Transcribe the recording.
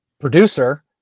producer